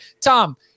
Tom